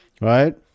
right